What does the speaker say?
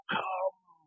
come